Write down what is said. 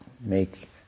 make